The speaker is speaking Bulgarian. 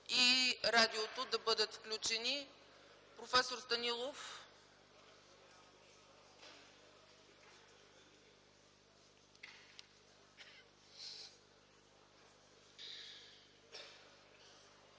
радио да бъдат включени. Професор Станилов.